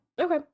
Okay